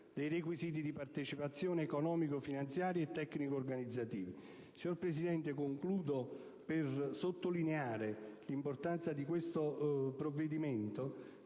dei requisiti di partecipazione economico-finanziari e tecnico-organizzativi. Signor Presidente, concludo sottolineando l'importanza di questo provvedimento,